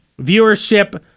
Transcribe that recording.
viewership